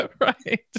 right